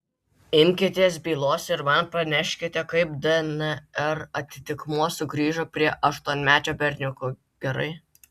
imkitės bylos ir man praneškite kaip dnr atitikmuo sugrįžo prie aštuonmečio berniuko gerai